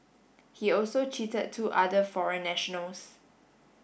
he also cheated two other foreign nationals